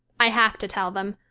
i have to tell them.